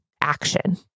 action